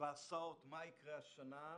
בהסעות מה יקרה השנה,